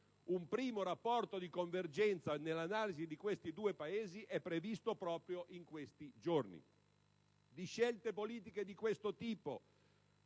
Un primo Rapporto sulla convergenza, nell'analisi di questi due Paesi, è previsto proprio in questi giorni. Di scelte politiche di questo tipo,